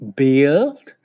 build